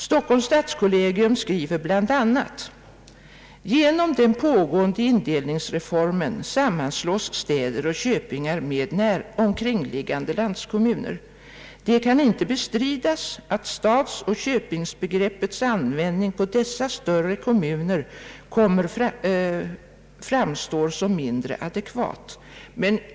Stockholms stadskollegium «skriver bl.a.: »Genom den pågående indelningsreformen sammanslås städer och köpingar med omkringliggande landskommuner. Det kan inte bestridas att stadsoch köpingbegreppets användning på dessa större kommuner fram står som mindre adekvat.